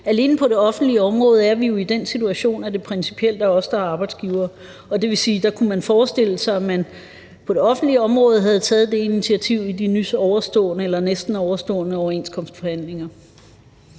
Alene på det offentlige område er vi jo i den situation, at det principielt er os, der er arbejdsgivere, og det vil sige, at der kunne man forestille sig, at man på det offentlige område havde taget det initiativ i de nys overståede eller næsten overståede overenskomstforhandlinger.